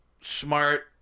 smart